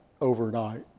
overnight